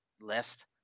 list